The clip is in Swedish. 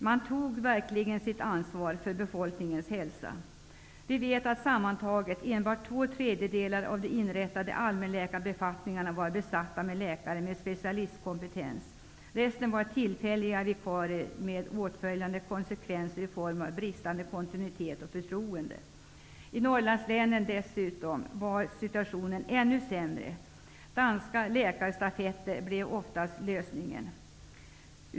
Man tog verkligen sitt ansvar för befolkningens hälsa! Vi vet att sammantaget enbart 2/3 av de inrättade allmänläkarbefattningarna var besatta med läkare med specialistkompetens. Resten av läkarna var tillfälliga vikarier, med återföljande konsekvenser i form av bristande kontinuitet och förtroende. I Norrlandslänen var situationen ännu sämre. Danska läkarstafetter blev oftast lösningen.